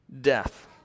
death